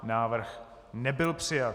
Návrh nebyl přijat.